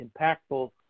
impactful